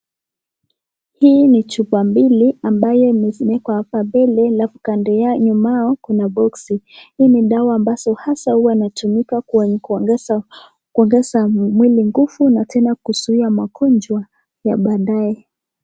Hii ni chupa mbili ambayo imefunikwa hapa mbele alafu nyuma yao kuna boksi hii dawa ambayo hasa hutumika kuongeza mwili nguvu na tena kuzuuia magonjwa ya baadaye.